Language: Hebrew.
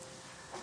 (מוקרנת מצגת)